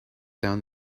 down